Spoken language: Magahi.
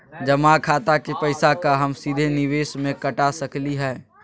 जमा खाता के पैसा का हम सीधे निवेस में कटा सकली हई?